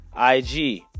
IG